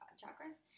chakras